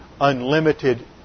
unlimited